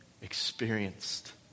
experienced